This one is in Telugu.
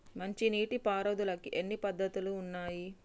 మంచి నీటి పారుదలకి ఎన్ని పద్దతులు ఉన్నాయి?